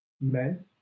men